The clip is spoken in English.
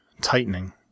tightening